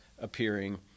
appearing